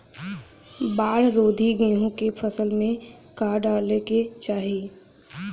बाढ़ रोधी गेहूँ के फसल में का डाले के चाही?